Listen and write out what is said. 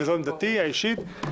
וזו עמדתי האישית,